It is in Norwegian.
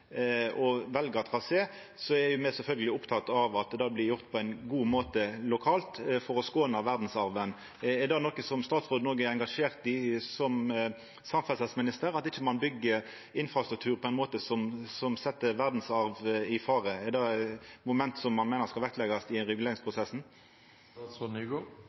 er me sjølvsagt opptekne av at det blir gjort på ein god måte lokalt for å skåna verdsarven. Er det noko som også statsråden er engasjert i som samferdselsminister, at ein ikkje byggjer infrastruktur på ein måte som set verdsarv i fare? Er det eit moment som han meiner skal leggjast vekt på i ein